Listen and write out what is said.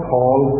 Paul